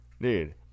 Dude